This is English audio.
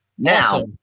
Now